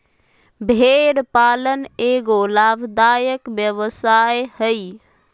भेड़ पालन एगो लाभदायक व्यवसाय हइ